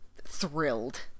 thrilled